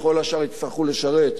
וכל השאר יצטרכו לשרת,